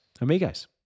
amigos